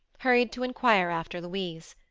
hurried to inquire after louise.